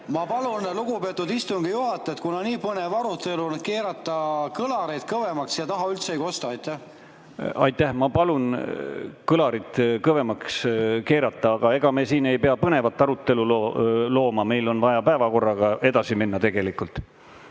Ma palun, lugupeetud istungi juhataja, et kuna on nii põnev arutelu, keerata kõlareid kõvemaks. Siia taha üldse ei kosta. Aitäh! Ma palun kõlarid kõvemaks keerata, aga ega me siin ei pea põnevat arutelu looma, meil on vaja päevakorraga edasi minna tegelikult.